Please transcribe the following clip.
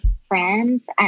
friends